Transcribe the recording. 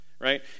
Right